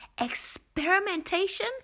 experimentation